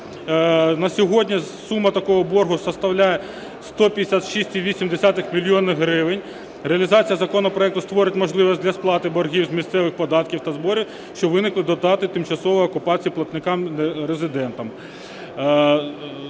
На сьогодні сума такого боргу складає 156,8 мільйона гривень. Реалізація законопроекту створить можливість для сплати боргів з місцевих податків та зборів, що виникли до дати тимчасової окупації, платникам-резидентам.